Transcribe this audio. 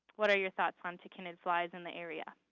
what are your thoughts on tachinid flies in the area?